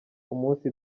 umunsi